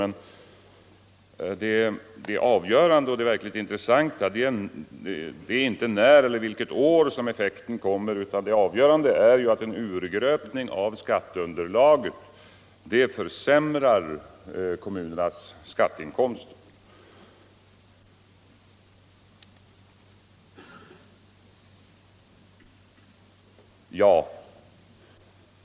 Men det verkligt intressanta är inte vid vilken tidpunkt eller under vilket år som effekten kommer, utan det avgörande är att en urgröpning av skatteunderlaget försämrar kommunernas skatteinkomster.